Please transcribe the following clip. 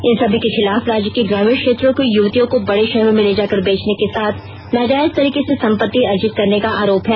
इन सभी के खिलाफ राज्य के ग्रामीण क्षेत्रों की युवतियों को बड़े शहरों में ले जाकर बेचने के साथ नाजायज तरीके से संपत्ति अर्जित करने का आरोप है